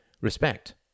respect